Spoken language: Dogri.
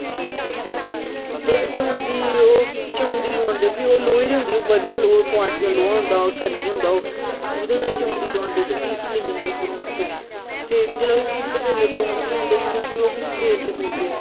ते चमुदी ओह् चमुदी लुआंदे फिर ओह् लोहे दी होंदी ओह् बधिया लोहा कवालिटी दा लोहा होंदा ओह् सरिया होंदा ओह् ओहदे कन्नै चमुंदी लुआंदे ते फिर उसी लेई जंदे ग्रांउड च जिसलै उसी उद्धर लेई जंदे ग्रांउड च लेंदे फिर उसी ओह् फेरदे फोरदे